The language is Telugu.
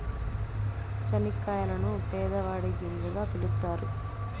చనిక్కాయలను పేదవాడి గింజగా పిలుత్తారు